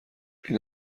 این